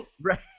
Right